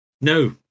No